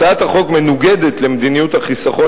הצעת החוק מנוגדת למדיניות החיסכון